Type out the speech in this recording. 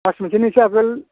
मास मोनसेनि एसे आगोल